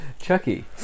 Chucky